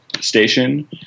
station